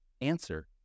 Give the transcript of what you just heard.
answer